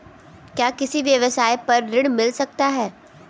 क्या किसी व्यवसाय पर ऋण मिल सकता है?